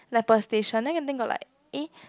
like per station then I think got like eh